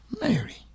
Mary